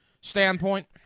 standpoint